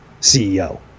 CEO